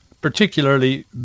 particularly